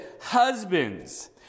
Husbands